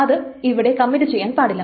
അത് ഇവിടെ കമ്മിറ്റ് ചെയ്യാൻ പാടില്ല